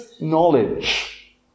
knowledge